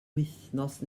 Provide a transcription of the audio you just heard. wythnos